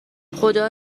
خدا